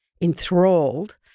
enthralled